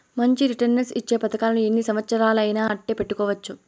మంచి రిటర్న్స్ ఇచ్చే పతకాలను ఎన్ని సంవచ్చరాలయినా అట్టే పెట్టుకోవచ్చు